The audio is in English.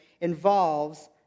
involves